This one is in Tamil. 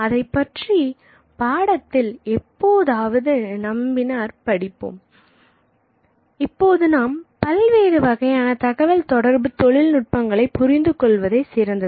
அதைப்பற்றி பாடத்தில் எப்போதாவது நாம் பின்னர் படிப்போம் இப்போது நாம் பல்வேறு வகையான தகவல் தொடர்பு தொழில் நுட்பங்களை புரிந்து கொள்வதே சிறந்தது